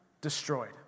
destroyed